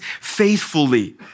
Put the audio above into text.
faithfully